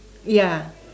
ya